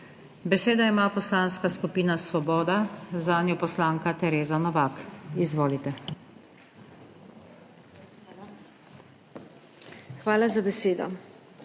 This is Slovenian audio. Besedo ima Poslanska skupina Svoboda, zanjo poslanka Tereza Novak. Izvolite. **TEREZA NOVAK